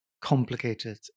complicated